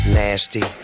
nasty